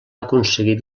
aconseguit